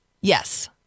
yes